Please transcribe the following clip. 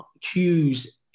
cues